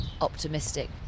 optimistic